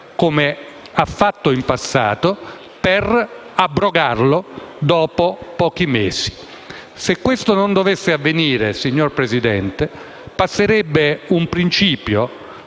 come ha fatto in passato, per abrogarlo dopo pochi mesi. Se invece ciò non dovesse avvenire, signor Presidente, passerebbe un principio